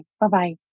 Bye-bye